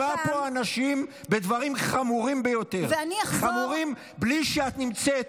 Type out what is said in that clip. את מאשימה פה אנשים בדברים חמורים ביותר בלי שאת נמצאת,